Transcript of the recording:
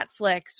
Netflix